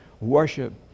worship